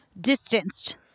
distanced